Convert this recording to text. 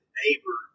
neighbor